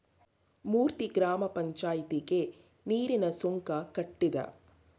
ಮೂರ್ತಿ ಗ್ರಾಮ ಪಂಚಾಯಿತಿಗೆ ನೀರಿನ ಸುಂಕ ಕಟ್ಟಿದ